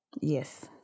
Yes